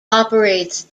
operates